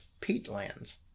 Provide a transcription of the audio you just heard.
peatlands